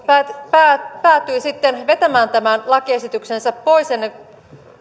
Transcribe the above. päätyi päätyi sitten vetämään tämän lakiesityksensä pois